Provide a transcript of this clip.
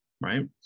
Right